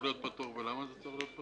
להיות פטור ולמה זה צריך להיות פטור?